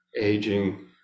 aging